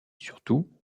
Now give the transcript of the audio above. surtout